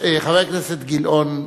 חבר הכנסת גילאון,